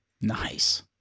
nice